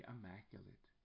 Immaculate